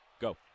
go